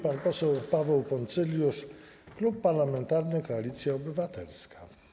Pan poseł Paweł Poncyljusz, Klub Parlamentarny Koalicja Obywatelska.